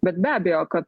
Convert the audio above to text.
bet be abejo kad